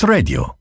Radio